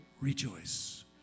rejoice